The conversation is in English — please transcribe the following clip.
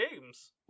games